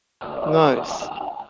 Nice